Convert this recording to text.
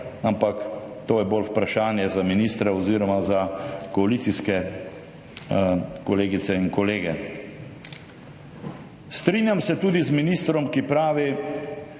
ampak to je bolj vprašanje za ministra oziroma za koalicijske kolegice in kolege. Strinjam se tudi z ministrom, ki pravi,